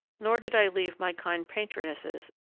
nor did i leave my kind patronesses,